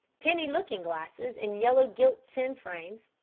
penny looking-glasses in yellow gilt tin frames,